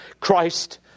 Christ